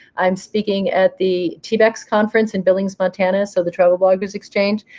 i'm speaking at the tbex conference in billings, montana, so the travel bloggers exchange.